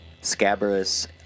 Scabrous